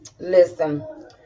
listen